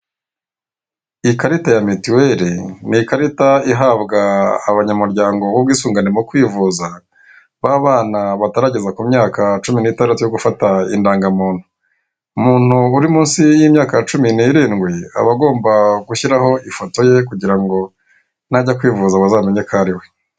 Ikarita ya mituweli ni ikarita ihabwa abanyamuryango b'ubwisungane mu kwivuza, b'abana batarageza ku myaka cumi n'itandatu yo gufata undangamuntu. Umuntu uri munsi y'imyaka cumi n'irindwi aba agomba gushyiraho ifoto ye kugira ngo najya kwivuza bazamenye ko ari we.